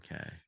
okay